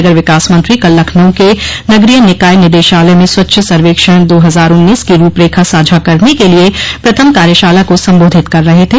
नगर विकास मंत्री कल लखनऊ के नगरीय निकाय निदेशालय में स्वच्छ सर्वेक्षण दो हजार उन्नीस की रूप रेखा साझा करने के लिए प्रथम कार्यशाला को संबोधित कर रहे थे